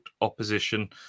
opposition